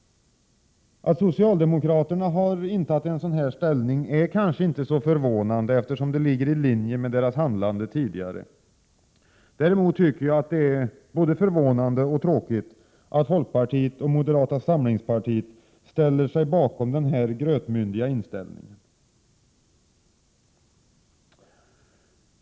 Att socialdemokraterna intagit en sådan ställning är kanske inte så förvånande, eftersom det ligger i linje med deras handlande tidigare. Däremot tycker jag att det är både förvånande och tråkigt att folkpartiet och moderata samlingspartiet sluter upp bakom denna grötmyndiga inställning.